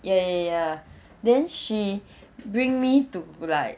ya ya ya ya then she bring me to like